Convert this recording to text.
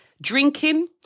drinking